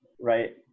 right